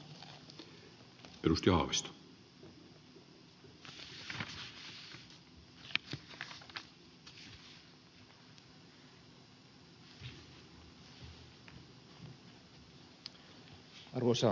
arvoisa puhemies